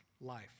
life